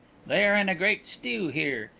they are in a great stew here.